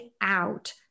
out